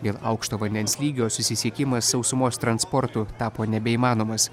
dėl aukšto vandens lygio susisiekimas sausumos transportu tapo nebeįmanomas